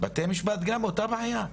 בבתי משפט גם יש את אותה בעיה.